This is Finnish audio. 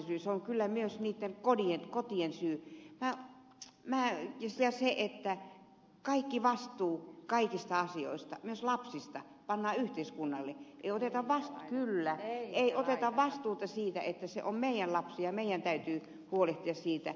se on kyllä myös niitten kotien syy ja sen että kaikki vastuu kaikista asioista myös lapsista pannaan yhteiskunnalle kyllä eikä oteta vastuuta siitä että se on meidän lapsi ja meidän täytyy huolehtia siitä